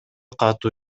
катуу